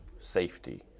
safety